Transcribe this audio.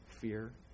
fear